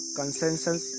consensus